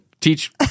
teach